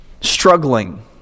struggling